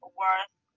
worth